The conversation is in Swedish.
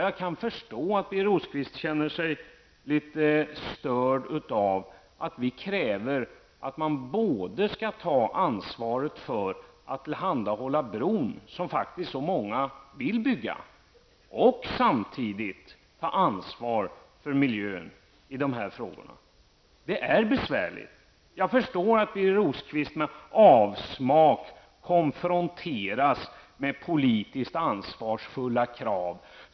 Jag kan förstå att Birger Rosqvist känner sig litet störd av att vi kräver att man både skall ta ansvaret för att tillhandahålla bron, som faktiskt så många vill bygga, och samtidigt ta ansvar för miljön i dessa frågor. Det är besvärligt. Jag förstår att Birger Rosqvist med avsmak konfronteras med politiskt ansvarsfulla krav.